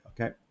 okay